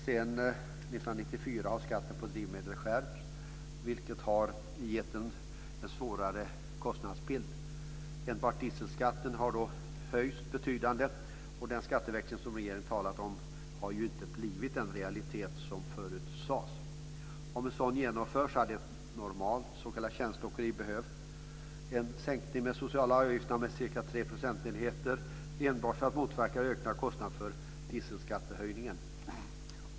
Sedan 1994 har skatten på drivmedel skärpts, vilket har gett en svårare kostnadsbild. Enbart dieselskatten har höjts betydande. Och den skatteväxling som regeringen talat om har inte blivit den realitet som förutsades. Om en sådan genomförts hade ett normalt s.k. tjänsteåkeri behövt en sänkning av de sociala avgifterna med cirka tre procentenheter enbart för att motverka de ökade kostnaderna för dieselskattehöjningen.